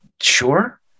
Sure